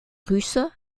russes